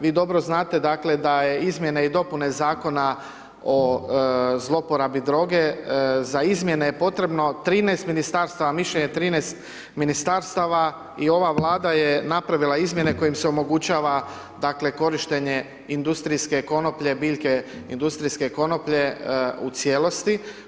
Vi dobro znate dakle da je izmjene i dopune Zakona o zlouporabi droge, za izmjene je potrebno 13 ministarstava, mišljenje 13 ministarstava i ova Vlada je napravila izmjene kojim se omogućava dakle korištenje industrijske konoplje, biljke industrijske konoplje u cijelosti.